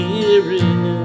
Hearing